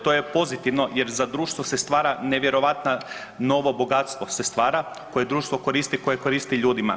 To je pozitivno jer za društvo se stvara nevjerojatna novo bogatstvo se stvara koje društvo koristi koje koristi ljudima.